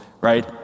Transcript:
right